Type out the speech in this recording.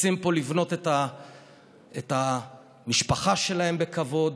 רוצים פה לבנות את המשפחה שלהם בכבוד,